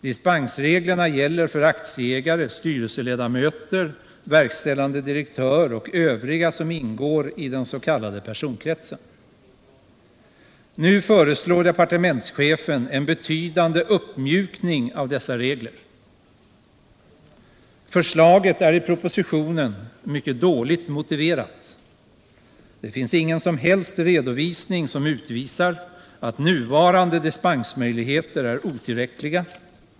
Dispensreglerna gäller för aktieägare, styrelseledamöter, verkställande direktör och övriga som ingår i den s.k. personkretsen. Nu föreslår departementschefen en betydande uppmjukning av dessa regler. Förslaget är i propositionen mycket dåligt motiverat. Det finns ingen som helst redovisning av att nuvarande dispensmöjligheter är otillräckliga.